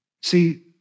See